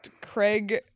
Craig